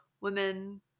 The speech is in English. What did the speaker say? women